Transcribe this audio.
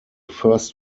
first